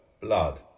blood